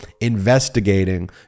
investigating